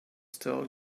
still